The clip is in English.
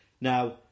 Now